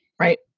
right